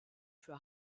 für